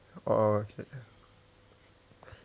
oh okay